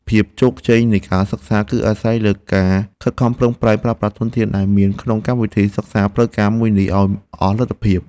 ភាពជោគជ័យនៃការសិក្សា គឺអាស្រ័យលើការខិតខំប្រឹងប្រែងប្រើប្រាស់ធនធានដែលមានក្នុងកម្មវិធីសិក្សាផ្លូវការមួយនេះឱ្យអស់លទ្ធភាព។